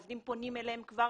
עובדים פונים אליהם כבר,